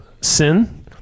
sin